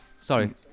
sorry